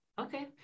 Okay